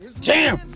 Jam